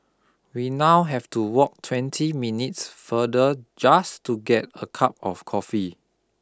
we now have to walk twenty minutes further just to get a cup of coffee